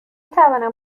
توانم